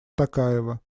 токаева